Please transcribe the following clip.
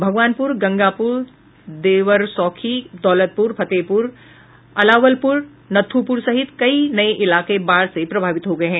भगवानपुर गंगापुर देवरसौखी दौलतपुर फतेहपुर अलावलपुर नत्थुपुर सहित कई नये इलाके बाढ़ से प्रभावित हो गये हैं